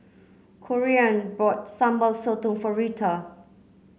Corean bought Sambal Sotong for Rheta